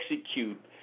execute